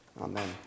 Amen